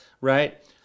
right